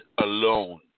alone